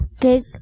big